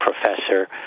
professor